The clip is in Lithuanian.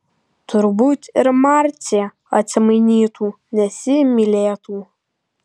turbūt ir marcė atsimainytų nes jį mylėtų